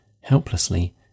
helplessly